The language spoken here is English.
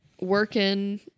Working